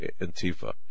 Antifa